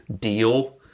deal